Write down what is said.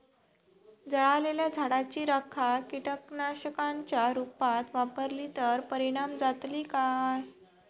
जळालेल्या झाडाची रखा कीटकनाशकांच्या रुपात वापरली तर परिणाम जातली काय?